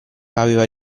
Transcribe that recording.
aveva